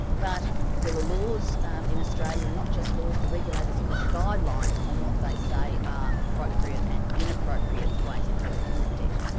but there are laws in australia and not just laws, the regulators have got guidelines on what they say are appropriate and inappropriate ways of collecting that debt.